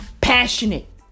passionate